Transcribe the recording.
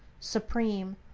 supreme,